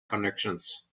connections